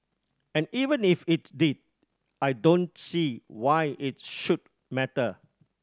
and even if it did I don't see why it should matter